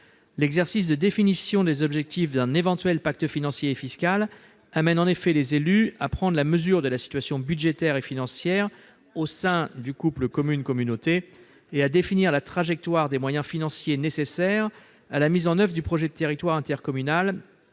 L'exercice de définition des objectifs d'un éventuel pacte financier et fiscal amène en effet les élus à prendre la mesure de la situation budgétaire et financière au sein du couple communes-communautés, et à définir la trajectoire des moyens financiers nécessaires à la mise en oeuvre du projet de territoire intercommunal